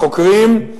החוקרים,